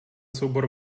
soubor